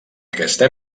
aquesta